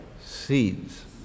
Seeds